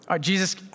Jesus